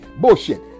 Bullshit